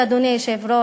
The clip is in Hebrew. אדוני היושב-ראש,